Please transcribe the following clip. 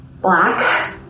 black